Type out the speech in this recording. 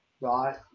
right